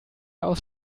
aus